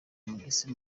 umugezi